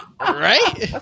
right